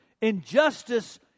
Injustice